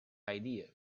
idea